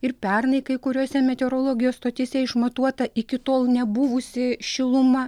ir pernai kai kuriose meteorologijos stotyse išmatuota iki tol nebuvusi šiluma